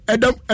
Adam